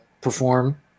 perform